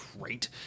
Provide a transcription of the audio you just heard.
great